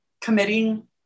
committing